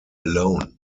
alone